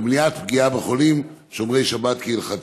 למניעת פגיעה בחולים שומרי שבת כהלכתה?